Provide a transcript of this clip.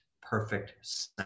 perfect